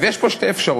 אז יש פה שתי אפשרויות: